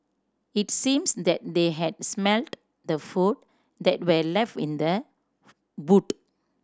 it seems that they had smelt the food that were left in the boot